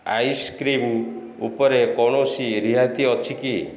ice cream ଉପରେ କୌଣସି ରିହାତି ଅଛି କି